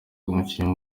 umukinnyi